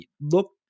look